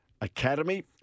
Academy